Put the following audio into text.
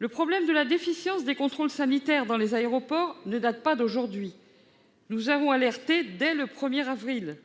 Le problème de la déficience des contrôles sanitaires dans les aéroports ne date pas d'aujourd'hui. Nous vous avons alerté dès le 1 avril dernier.